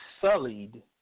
sullied